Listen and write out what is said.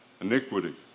iniquity